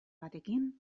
batekin